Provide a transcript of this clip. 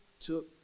took